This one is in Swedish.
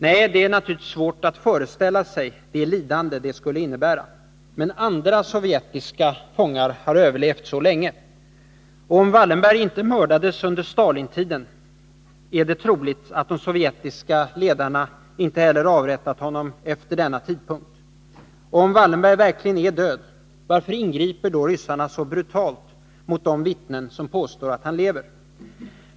Nej, det är naturligtvis svårt att föreställa sig det lidande det skulle innebära — men andra sovjetiska fångar har överlevt så länge. Och om Wallenberg inte mördades under Stalintiden, är det troligt att de sovjetiska ledarna inte avrättat honom efter denna tidpunkt. Och om Wallenberg verkligen är död — varför ingriper ryssarna så brutalt mot de vittnen som påstår att han lever?